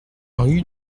rue